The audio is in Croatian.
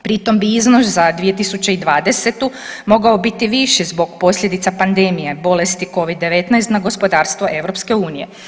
Pritom bi iznos za 2020. mogao biti viši zbog posljedica pandemije bolesti Covid-19 na gospodarstvo EU.